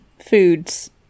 foods